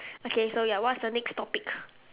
okay so ya what's the next topic